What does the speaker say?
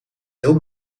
heel